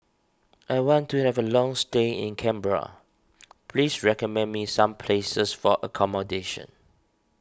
I want to have a long stay in Canberra please recommend me some places for accommodation